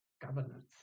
governance